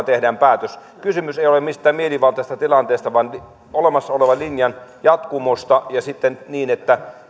tehdään päätös kysymys ei ole mistään mielivaltaisesta tilanteesta vaan olemassa olevan linjan jatkumosta ja niin että